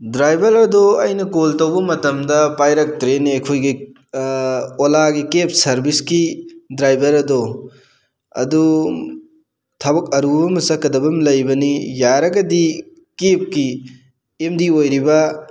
driver ꯑꯗꯨ ꯑꯩꯅ call ꯇꯧꯕ ꯃꯇꯝꯗ ꯄꯥꯏꯔꯛꯇ꯭ꯔꯦꯅꯦ ꯑꯩꯈꯣꯏꯒꯤ ꯑꯣꯂꯥꯒꯤ ꯀꯦꯞ ꯁꯥꯔꯚꯤꯁꯀꯤ ꯗ꯭ꯔꯥꯏꯚꯔ ꯑꯗꯣ ꯑꯗꯨ ꯊꯕꯛ ꯑꯔꯨꯕ ꯑꯃ ꯆꯠꯀꯗꯕ ꯑꯃ ꯂꯩꯅꯕꯅꯤ ꯌꯥꯔꯒꯗꯤ ꯀꯦꯞꯀꯤ ꯑꯦꯝ ꯗꯤ ꯑꯣꯏꯔꯤꯕ